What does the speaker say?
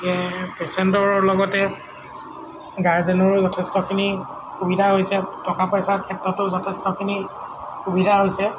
পেচেণ্টৰ লগতে গাৰ্জেনৰো যথেষ্টখিনি সুবিধা হৈছে টকা পইচাৰ ক্ষেত্ৰতো যথেষ্টখিনি সুবিধা হৈছে